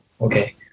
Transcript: okay